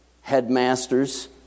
headmasters